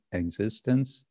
existence